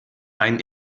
ein